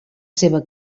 seva